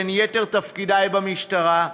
בין יתר תפקידי במשטרה,